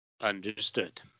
Understood